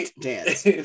dance